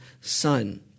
son